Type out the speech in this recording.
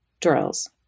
drills